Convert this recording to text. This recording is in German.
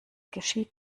geschieht